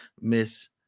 miss